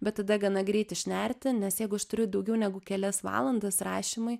bet tada gana greit išnerti nes jeigu aš turiu daugiau negu kelias valandas rašymui